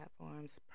platforms